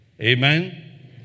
Amen